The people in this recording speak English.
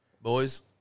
Boys